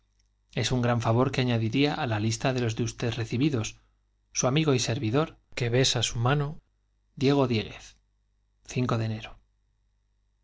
es un gran favor que añadirá á la lista de usted recibidos su amigo y servidor q b s m diego di de